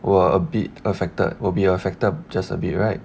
were a bit affected will be affected just a bit right